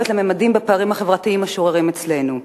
לממדים של הפערים החברתיים השוררים אצלנו.